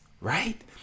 Right